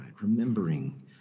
remembering